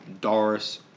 Doris